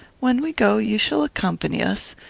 when we go, you shall accompany us.